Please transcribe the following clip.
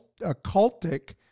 occultic